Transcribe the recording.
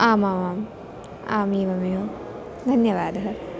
आमाम् आम् एवमेवं धन्यवादः